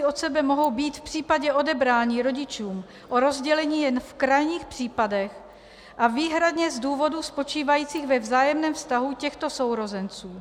Sourozenci od sebe mohou být v případě odebrání rodičům rozděleni jen v krajních případech a výhradně z důvodů spočívajících ve vzájemném vztahu těchto sourozenců.